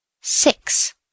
Six